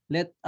Let